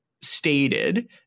stated